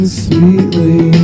sweetly